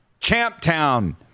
Champtown